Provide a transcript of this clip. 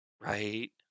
Right